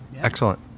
Excellent